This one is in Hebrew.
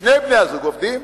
שני בני-הזוג עובדים,